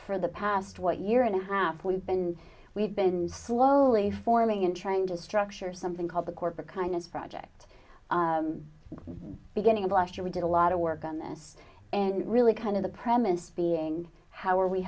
for the past what year and a half we've been we've been slowly forming and trying to structure something called the corporate kindness project beginning of last year we did a lot of work on this and really kind of the premise being how are we